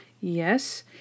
Yes